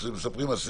כפי שמספרים אסירים,